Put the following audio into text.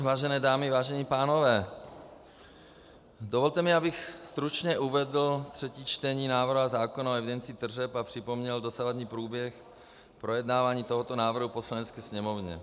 Vážené dámy, vážení pánové, dovolte mi, abych stručně uvedl třetí čtení návrhu zákona o evidenci tržeb a připomněl dosavadní průběh projednávání tohoto návrhu v Poslanecké sněmovně.